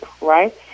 Right